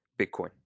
Bitcoin